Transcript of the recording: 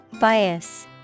Bias